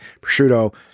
prosciutto